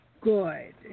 good